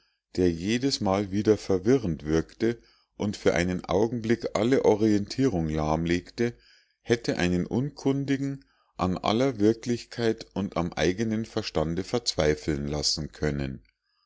der jedesmal wieder verwirrend wirkte und für einen augenblick alle orientierung lahmlegte hätte einen unkundigen an aller wirklichkeit und am eigenen verstande verzweifeln lassen können